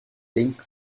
link